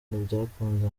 ntibyakunze